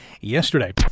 yesterday